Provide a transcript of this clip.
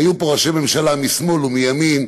היו פה ראשי ממשלה משמאל ומימין,